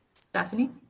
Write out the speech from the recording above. Stephanie